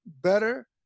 better